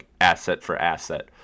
asset-for-asset